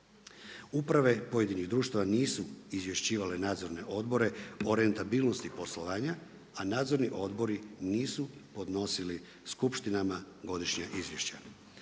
Uprave pojedinih društava nisu izvješćivale Nadzorne odobre o rentabilnosti poslovanja, a Nadzorni odbori nisu podnosili skupštinama godišnja izvješća.